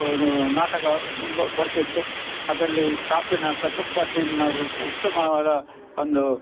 ಏನು ನಾಟಕ ನಮ್ಮ ಬರ್ತಿತ್ತು ಅದರಲ್ಲಿ ಕಾಪುವಿನ ಪ್ರಶಂಸ ಟೀಮಿನವ್ರು ಉತ್ತಮವಾದ ಒಂದು